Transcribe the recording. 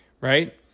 right